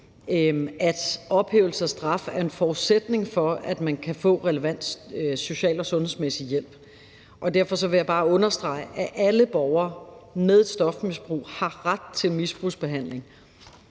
at ophævelse af straf er en forudsætning for, at folk kan få relevant social og sundhedsmæssig hjælp. Derfor vil jeg bare understrege, at alle borgere med et stofmisbrug har ret til misbrugsbehandling.